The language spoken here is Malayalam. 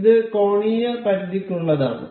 ഇത് കോണീയ പരിധിക്കുള്ളതാണ്